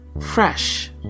fresh